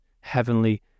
heavenly